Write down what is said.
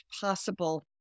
possible